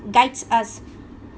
guides us